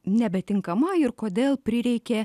nebetinkama ir kodėl prireikė